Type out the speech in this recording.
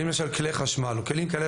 אבל אם יש היום כלי חשמל או כלים כאלה